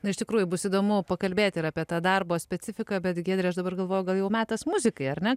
na iš tikrųjų bus įdomu pakalbėti ir apie tą darbo specifiką bet giedre aš dabar galvoju gal jau metas muzikai ar ne